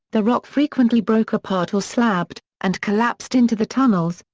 the rock frequently broke apart or slabbed and collapsed into the tunnels,